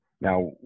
Now